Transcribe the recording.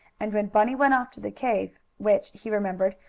and, when bunny went off to the cave, which, he remembered,